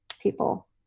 people